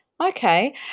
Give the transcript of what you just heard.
Okay